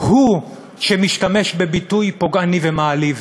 הוא שמשתמש בביטוי פוגעני ומעליב,